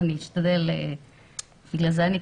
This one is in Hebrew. אני